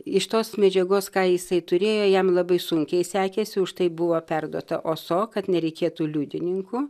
iš tos medžiagos ką jisai turėjo jam labai sunkiai sekėsi už tai buvo perduota oso kad nereikėtų liudininkų